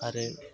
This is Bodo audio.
आरो